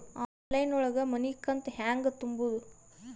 Online ಒಳಗ ಮನಿಕಂತ ಹ್ಯಾಂಗ ತುಂಬುದು?